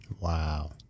Wow